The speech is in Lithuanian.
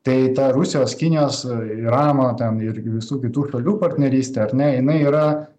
tai ta rusijos kinijos irano ten ir visų kitų šalių partnerystė ar ne jinai yra